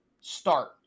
start